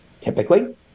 typically